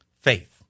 faith